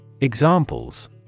Examples